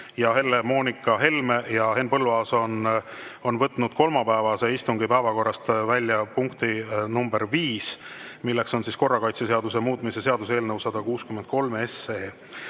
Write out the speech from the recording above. Helle-Moonika Helme ja Henn Põlluaas on võtnud kolmapäevase istungi päevakorrast välja punkti nr 5, milleks on korrakaitseseaduse muutmise seaduse eelnõu 163.